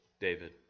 David